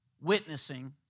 witnessing